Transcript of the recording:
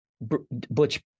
Butch